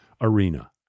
arena